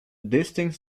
distinct